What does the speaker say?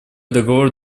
договор